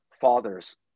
fathers